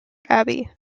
abbey